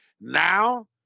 now